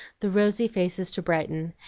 the rosy faces to brighten,